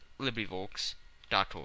LibriVox.org